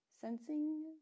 sensing